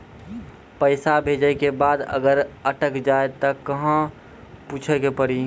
पैसा भेजै के बाद अगर अटक जाए ता कहां पूछे के पड़ी?